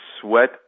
sweat